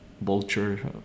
vulture